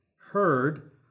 heard